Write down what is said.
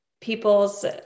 people's